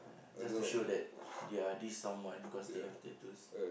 ah just to show that they are this someone cause they have tattoos